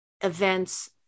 events